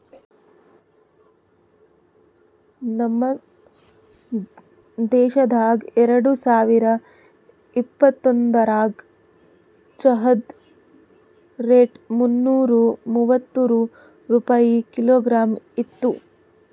ನಮ್ ದೇಶದಾಗ್ ಎರಡು ಸಾವಿರ ಇಪ್ಪತ್ತೊಂದರಾಗ್ ಚಹಾದ್ ರೇಟ್ ಮುನ್ನೂರಾ ಮೂವತ್ಮೂರು ರೂಪಾಯಿ ಕಿಲೋಗ್ರಾಮ್ ಇತ್ತು